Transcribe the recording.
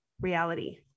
reality